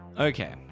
okay